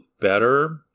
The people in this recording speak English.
better